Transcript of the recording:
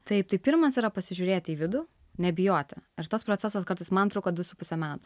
taip tai pirmas yra pasižiūrėti į vidų nebijoti ir tas procesas kartais man truko du su puse metų